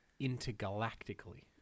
intergalactically